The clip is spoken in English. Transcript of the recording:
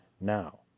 now